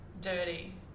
dirty